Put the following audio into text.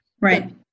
Right